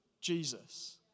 Jesus